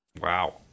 Wow